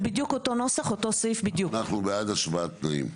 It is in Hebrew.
מתוך הצעת חוק ההתייעלות הכלכלית